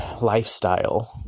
lifestyle